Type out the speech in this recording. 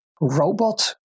robot